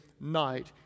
Night